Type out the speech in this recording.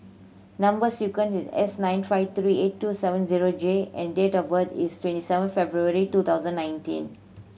number sequence is S nine five three eight two seven zero J and date of birth is twenty seven February two thousand nineteen